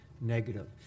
negative